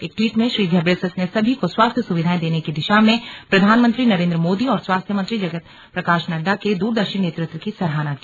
एक ट्वीट में श्री घेब्रेयेसस ने सभी को स्वास्थ्य सुविधाएं देने की दिशा में प्रधानमंत्री नरेंद्र मोदी और स्वास्थ्य मंत्री जगत प्रकाश नड्डा के द्रदर्शी नेतृत्व की सराहना की